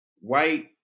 white